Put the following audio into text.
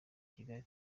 kigali